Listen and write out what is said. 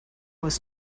was